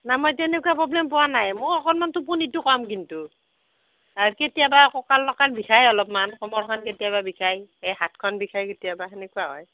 না মই তেনেকুৱা প্ৰব্লেম পোৱা নাই মোৰ অকণমান টোপনিটো কম কিন্তু কেতিয়াবা ককাল তকাল বিষাই অলপমান কমৰখন কেতিয়াবা বিষায় এ হাতখন বিষায় কেতিয়াবা সেনেকুৱা হয়